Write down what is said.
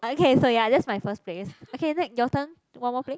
ah okay so ya that's my first place okay next your turn one more play